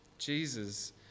Jesus